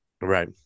right